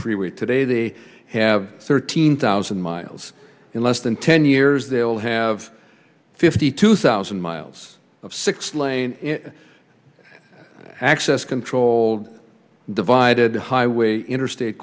freeway today they have thirteen thousand miles in less than ten years they'll have fifty two thousand miles of six lane access controlled divided highway interstate